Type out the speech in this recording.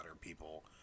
people